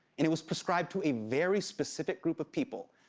and it was prescribed to a very specific group of people.